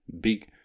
Big